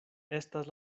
estas